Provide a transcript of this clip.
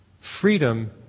Freedom